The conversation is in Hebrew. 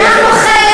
איזו זכות?